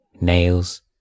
nails